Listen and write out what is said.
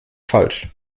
falsch